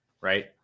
right